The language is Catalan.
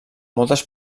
moltes